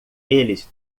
eles